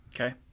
Okay